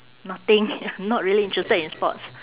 nothing I'm not really interested in sports